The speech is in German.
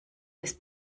ist